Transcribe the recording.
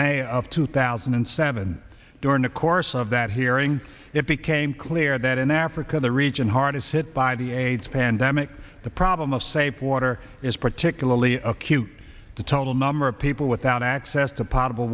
may of two thousand and seven during the course of that hearing it became clear that in africa the region hardest hit by the aids pandemic the problem of safe water is particularly acute the total number of people without access to p